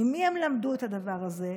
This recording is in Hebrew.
ממי הם למדו את הדבר הזה?